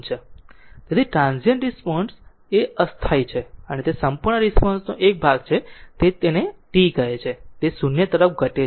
તેથી transient response એ અસ્થાયી છે અને તે સંપૂર્ણ રિસ્પોન્સ નો એક ભાગ છે જે તે છે જેને t કહે છે તે 0 તરફ ઘટે છે